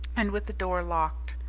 and with the door locked.